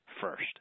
first